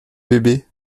bébés